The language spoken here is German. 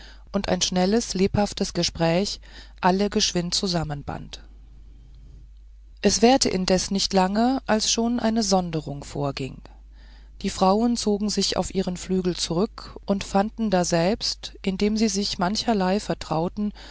und ein schnelles lebhaftes gespräch alle geschwind zusammenverband es währte indessen nicht lange als schon eine sonderung vorging die frauen zogen sich auf ihren flügel zurück und fanden daselbst indem sie sich mancherlei vertrauten